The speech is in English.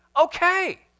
okay